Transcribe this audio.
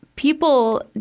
people